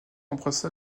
embrassa